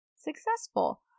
successful